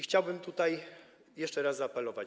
Chciałbym tutaj jeszcze raz zaapelować.